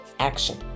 action